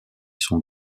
sont